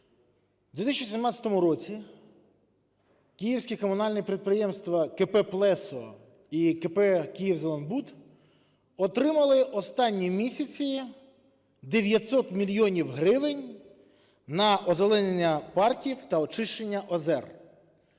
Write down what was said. У 2017 році Київське комунальне підприємство КП "Плесо" і КП "Київзеленбуд" отримали останні місяці 900 мільйонів гривень на озеленення парків та очищення озер.